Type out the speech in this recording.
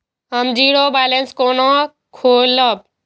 हम zero balance केना खोलैब?